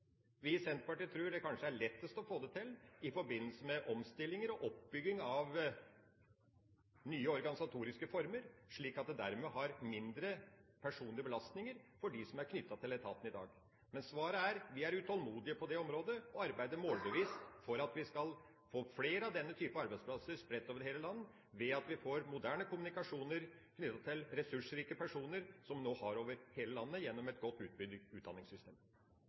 Vi i Senterpartiet tror det kanskje er lettest å få det til i forbindelse med omstillinger og oppbygging av nye organisatoriske former, slik at det dermed blir mindre personlige belastninger for dem som er knyttet til etaten i dag. Men svaret er: Vi er utålmodige på det området og arbeider målbevisst for at vi skal få flere av denne type arbeidsplasser spredt over hele landet ved at vi får moderne kommunikasjoner knyttet til ressursrike personer, som vi nå har over hele landet gjennom et godt utbygd